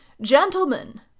Gentlemen